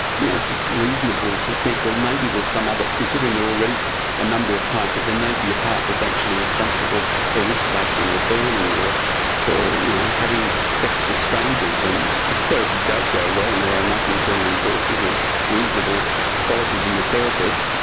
you know it's reasonable to think well maybe there's some other, considering there are already a number of parts, that there may be a part that's actually responsible for wrist-slashing, or burning, or for you know having sex with strangers. and if therapy does go well and there are enough internal resources and reasonable qualities in the therapist,